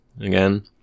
again